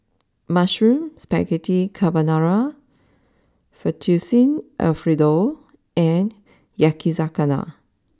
Mushroom Spaghetti Carbonara Fettuccine Alfredo and Yakizakana